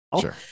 Sure